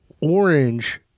orange